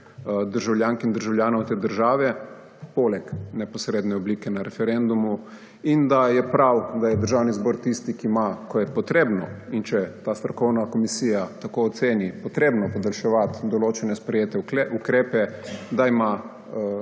državljank in državljanov te države, poleg neposredne oblike na referendumu, in da je prav, da je Državni zbor tisti, ki ima − ko je potrebno in če ta strokovna komisija oceni, da je potrebno podaljševati določene sprejete ukrepe− pri